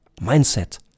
Mindset